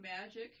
magic